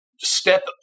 step